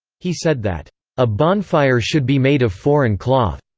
he said that a bonfire should be made of foreign cloth.